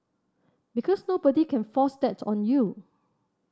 because nobody can force that on you